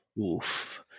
Oof